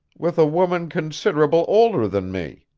with a woman considerable older than me.